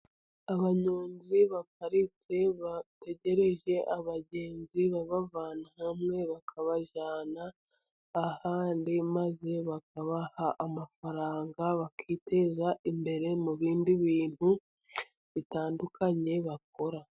Abanyonzi baparitse, bategereje abagenzi babavana hamwe bakabajyana ahandi, maze bakabaha amafaranga bakiteza imbere, mu bindi bintu bitandukanye bakora.